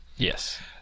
Yes